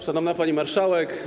Szanowna Pani Marszałek!